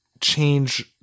change